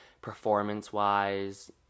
performance-wise